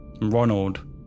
Ronald